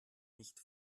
nicht